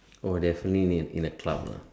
oh definitely meet in the club lah